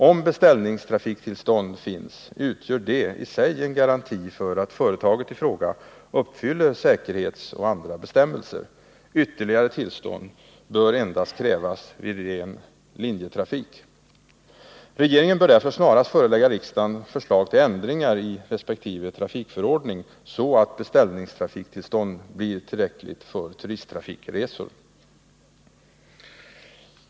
Om beställningstrafiktillstånd finns utgör det i sig en garanti för att företaget i fråga uppfyller säkerhetsoch andra bestämmelser. Ytterligare tillstånd bör krävas endast i ren linjetrafik.